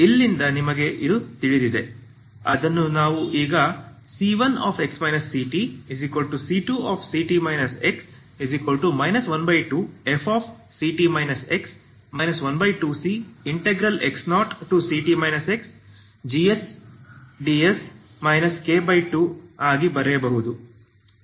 ಇಲ್ಲಿಂದ ನಮಗೆ ಇದು ತಿಳಿದಿದೆ ಅದನ್ನು ನಾವು ಈಗ c1x ctc2ct x 12fct x 12cx0ct xgsds K2 ಆಗಿ ಬರೆಯಬಹುದು